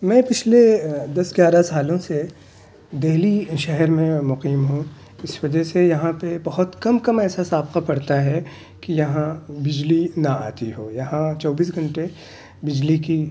میں پچھلے دس گیارہ سالوں سے دہلی شہر میں مقیم ہوں اس وجہ سے یہاں پہ بہت کم کم ایسا سابقہ پڑتا ہے کہ یہاں بجلی نہ آتی ہو یہاں چوبیس گھنٹے بجلی کی